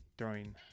throwing